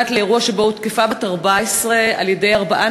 קשורה לאירוע שבו הותקפה בת 14 על-ידי ארבעה